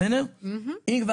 אם אתה